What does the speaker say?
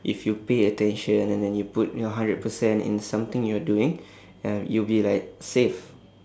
if you pay attention and then you put your hundred percent in something you're doing um you will be like safe